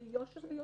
זה יושר ויושרה.